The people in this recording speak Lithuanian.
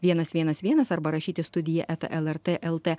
vienas vienas vienas arba rašyti studija eta lrt lt